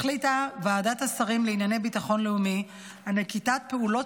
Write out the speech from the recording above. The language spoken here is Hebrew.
החליטה ועדת השרים לענייני ביטחון לאומי על נקיטת פעולות